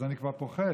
אז אני כבר פוחד.